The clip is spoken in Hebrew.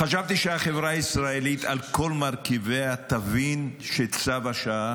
חשבתי שהחברה הישראלית על כל מרכיביה תבין שצו השעה